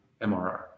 MRR